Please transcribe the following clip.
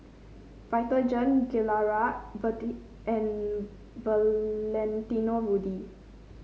Vitagen Gilera and Valentino Rudy